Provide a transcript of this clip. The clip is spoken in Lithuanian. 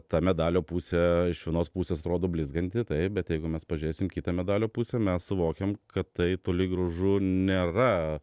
ta medalio pusė iš vienos pusės atrodo blizganti taip bet jeigu mes pažėsim kitą medalio pusę mes suvokiam kad tai toli gražu nėra